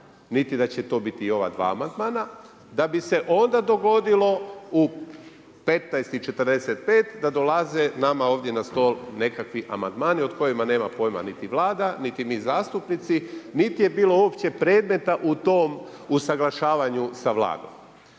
niti da će to biti ova dva amandmana da bi se onda dogodilo u 15,45 da dolaze nama ovdje na stol nekakvi amandmani o kojima nema pojma niti Vlada niti mi zastupnici, niti je bilo uopće predmeta u tom usuglašavanju sa Vladom.